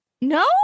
No